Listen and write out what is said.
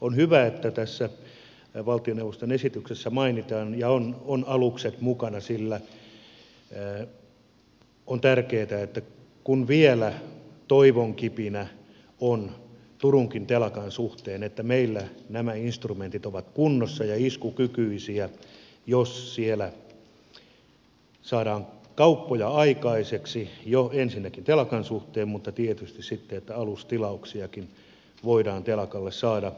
on hyvä että tässä valtioneuvoston esityksessä mainitaan alukset ja että ne ovat mukana sillä on tärkeätä kun vielä toivon kipinä on turunkin telakan suhteen että meillä nämä instrumentit ovat kunnossa ja iskukykyisiä jos siellä saadaan kauppoja aikaiseksi jo ensinnäkin telakan suhteen mutta tietysti sitten että alustilauksiakin voidaan telakalle saada